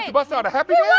um bust out a happy